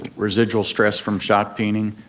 residual stress from shot peening,